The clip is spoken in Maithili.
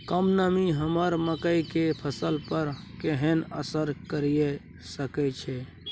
कम नमी हमर मकई के फसल पर केहन असर करिये सकै छै?